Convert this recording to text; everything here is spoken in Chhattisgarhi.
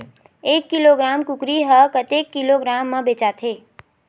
एक किलोग्राम कुकरी ह कतेक किलोग्राम म बेचाथे?